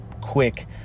quick